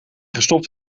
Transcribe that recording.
gestopt